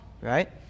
right